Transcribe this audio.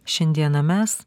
šiandieną mes